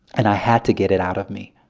and i had to get it out of me.